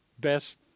best